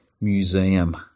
museum